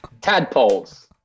Tadpoles